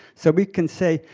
so we can say,